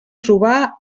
trobar